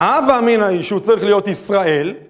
ההוא אמינא היא שהוא צריך להיות ישראל.